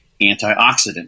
antioxidant